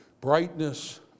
Brightness